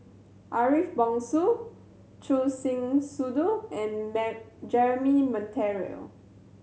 Ariff Bongso Choor Singh Sidhu and Jeremy Monteiro